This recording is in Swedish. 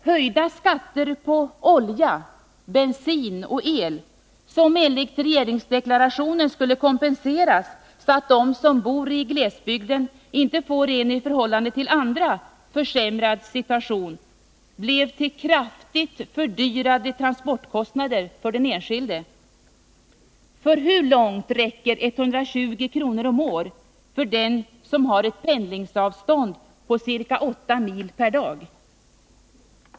Höjda skatter på olja, bensin och el, som enligt regeringsdeklarationen skulle kompenseras så att de som bor i glesbygden inte får en i förhållande till andra försämrad situation, blev till kraftigt fördyrade transportkostnader för den enskilde. För hur långt räcker 120 kr./år för dem som har ett pendlingsavstånd på ca 8 mil per dag?